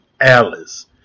Alice